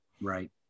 right